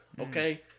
Okay